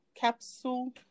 Capsule